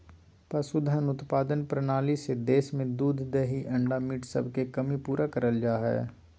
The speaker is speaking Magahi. पशुधन उत्पादन प्रणाली से देश में दूध दही अंडा मीट सबके कमी पूरा करल जा हई